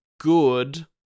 good